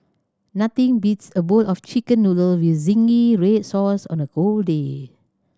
nothing beats a bowl of Chicken Noodle with zingy red sauce on a cold day